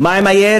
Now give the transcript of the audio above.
מה עם הירי,